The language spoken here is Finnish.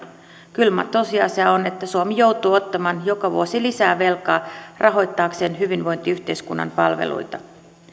kylmä tosiasia on että suomi joutuu ottamaan joka vuosi lisää velkaa rahoittaakseen hyvinvointiyhteiskunnan palveluita